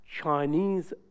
Chinese